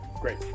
Great